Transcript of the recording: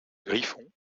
griffon